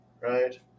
right